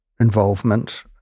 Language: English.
involvement